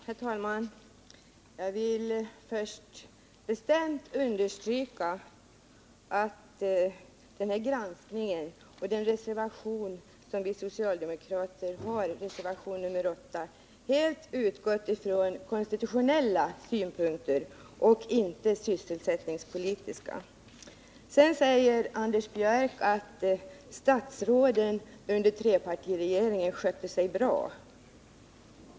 Herr talman! Jag vill först bestämt understryka att vi socialdemokrater vid granskningen och i den reservation, nr 8, som vi har avgett enbart anlagt konstitutionella synpunkter och inte sysselsättningspolitiska. Anders Björck säger att statsråden under trepartiregeringens tid skötte sig bra.